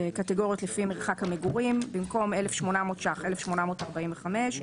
בקטגוריות לפי מרחק המגורים: במקום 1,800 ש"ח 1,845,